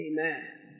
Amen